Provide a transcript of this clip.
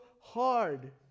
hard